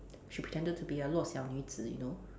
she pretended to be a 弱小女子 you know